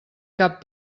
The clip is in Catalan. cap